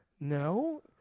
no